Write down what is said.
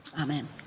Amen